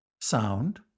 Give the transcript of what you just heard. sound